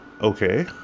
okay